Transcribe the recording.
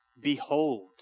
Behold